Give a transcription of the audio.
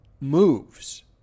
moves